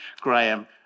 Graham